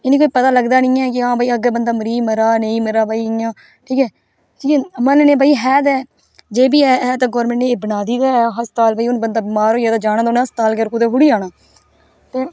इ'नें गी कोई पता लगदा निं ऐ कि हां भाई अग्गें बंदा मरीज मरा दा नेईं मरा दा भाई इ'यां ठीक ऐ ठीक ऐ मन्ननें भाई है ते जेह् बी ऐ है ते गौरमैंट ने एह् बनाई दी गै अस्ताल भाई बंदा हून बमार होई जाग ते जाना ते उ'न्नै अस्ताल गै होर कुतै थोह्ड़ी जाना ते